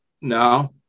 No